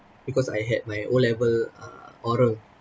because I had my O level uh oral